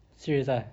serious ah